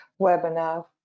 webinar